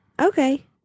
Okay